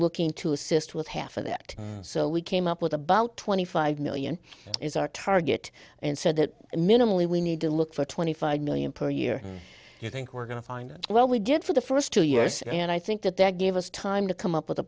look to assist with half of that so we came up with a bulk twenty five million is our target and said that minimally we need to look for twenty five million per year i think we're going to find out well we did for the first two years and i think that that gave us time to come up with a